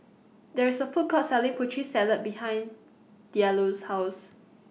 There IS A Food Court Selling Putri Salad behind Diallo's House